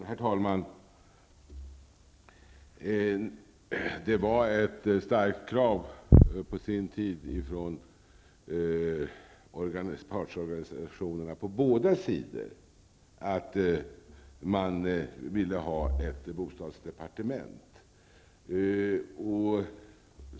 Herr talman! Det fanns på sin tid ett starkt krav från partsorganisationerna på båda sidorna att man ville ha ett bostadsdepartement.